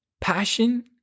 Passion